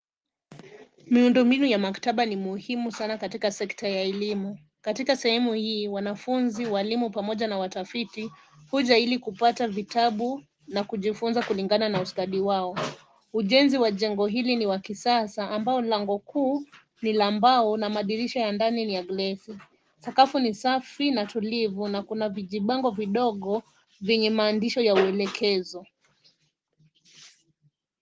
Miundombinu ya maktaba ni muhimu sana katika sekta ya elimu. Katika sehemu hii, wanafunzi, walimu pamoja na watafiti huja ili kupata vitabu na kujifunza kulingana na ustadi wao. Ujenzi wa jengo hili ni wa kisasa ambao lango kuu ni la mbao na madirisha ya ndani ni ya glesi. Sakafu ni safi na tulivu na kuna vijibango vidogo vyenye maandishi ya uelekezo.